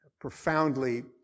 profoundly